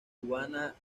cubana